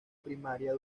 primaria